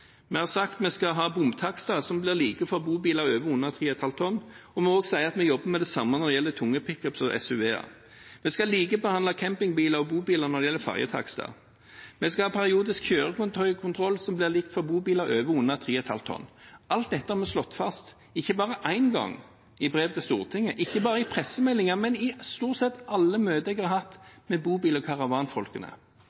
Vi har sagt vi skal ha bomtakster som blir like for bobiler over og under 3,5 tonn, og vi sier også at vi jobber med det samme når det gjelder tunge pickuper og SUV-er. Vi skal likebehandle campingbiler og bobiler når det gjelder ferjetakster. Vi skal ha periodisk kjøretøykontroll som blir likt for bobiler over og under 3,5 tonn. Alt dette har vi slått fast ikke bare én gang, i brev til Stortinget, ikke bare i pressemeldinger, men i stort sett alle møter jeg har hatt med bobil- og caravanfolkene,